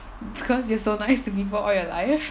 because you are so nice to people all your life